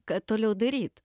ką toliau daryt